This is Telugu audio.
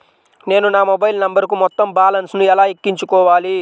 నేను నా మొబైల్ నంబరుకు మొత్తం బాలన్స్ ను ఎలా ఎక్కించుకోవాలి?